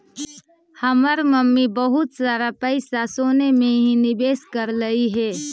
हमर मम्मी बहुत सारा पैसा सोने में ही निवेश करलई हे